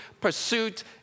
pursuit